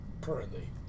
currently